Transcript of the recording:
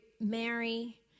Mary